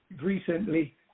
recently